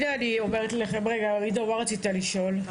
עידו, מה רצית לשאול?